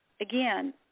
Again